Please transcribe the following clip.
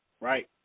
right